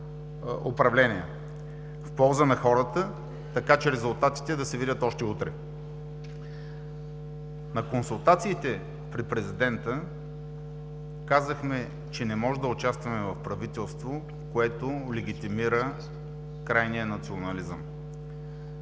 в полза на хората, така че резултатите да се видят още утре. На консултациите при президента казахме, че не можем да участваме в правителство, което легитимира крайният национализъм.